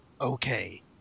Okay